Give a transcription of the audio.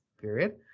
period